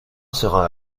sera